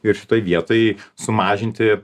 ir šitoj vietoj sumažinti